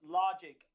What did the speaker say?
logic